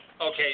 Okay